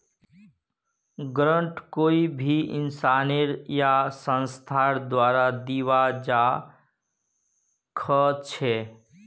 grant कोई भी इंसानेर या संस्थार द्वारे दीबा स ख छ